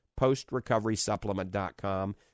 postrecoverysupplement.com